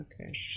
okay